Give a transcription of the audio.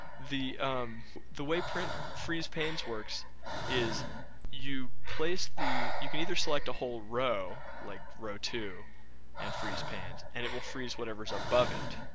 the the way freeze panes works is you place the, you can either select a whole row, like row two and freeze panes, and it'll freeze whatever's above it.